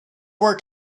were